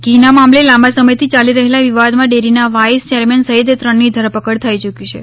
the નાં મામલે લાંબા સમયથી ચાલી રહેલા વિવાદમાં ડેરીનાં વાઈસ ચેરમેન સહિત ત્રણની ધરપકડ થઈ યૂકી છે